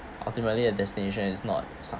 ultimately a destination is not